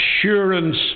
assurance